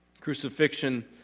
Crucifixion